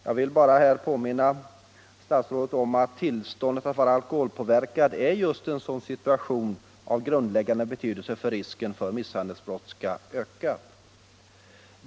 Jag vill här bara påminna statsrådet om att tillståndet att vara alkoholpåverkad är just en sådan situation av grundläggande betydelse för att risken för misshandelsbrott skall öka.